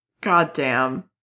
Goddamn